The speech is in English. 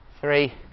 Three